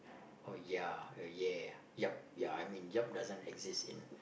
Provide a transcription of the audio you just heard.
or ya or ya yup ya I mean yup doesn't exist in